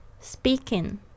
Speaking